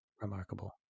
remarkable